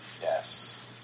Yes